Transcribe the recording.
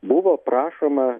buvo prašoma